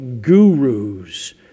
gurus